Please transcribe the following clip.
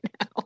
now